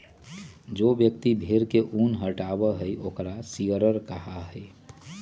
जो व्यक्ति भेड़ के ऊन के हटावा हई ओकरा शियरर कहा हई